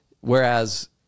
Whereas